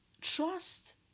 trust